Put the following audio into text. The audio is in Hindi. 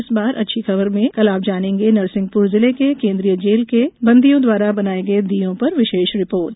इस बार अच्छी खबर में कल आप जानेंगे नरसिंहपुर जिले के केन्द्रीय जेल के बंदियों द्वारा बनाये गये दीपकों पर विशेष रिपोर्ट